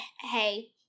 hey